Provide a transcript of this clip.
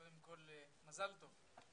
קודם כל מזל טוב.